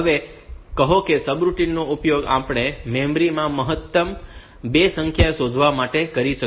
હવે કહો કે આ સબરૂટિન નો ઉપયોગ આપણે મેમરી માં મહત્તમ 2 સંખ્યાઓ શોધવા માટે કરી શકીએ છીએ